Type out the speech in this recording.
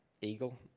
eagle